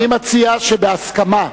אני מציע שבהסכמה,